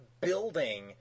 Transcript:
building